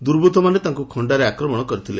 ଦୁର୍ବୂଉମାନେ ତାଙ୍କୁ ଖଖାରେ ଆକ୍ରମଣ କରିଥିଲେ